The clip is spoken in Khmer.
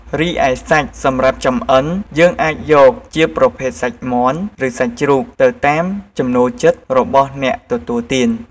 រីឯសាច់សម្រាប់ចំអិនយើងអាចយក ជាប្រភេទសាច់មាន់ ឬសាច់ជ្រូក ទៅតាមចំណូលចិត្តរបស់អ្នកទទួលទាន។